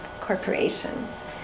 corporations